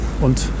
und